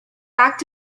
back